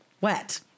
wet